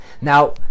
Now